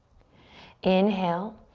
inhale,